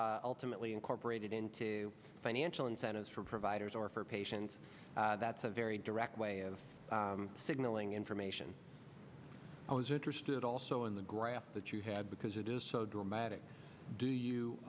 ultimately incorporated into financial incentives for providers or for patients that's a very direct way of signaling information i was interested also in the graph that you had because it is so dramatic do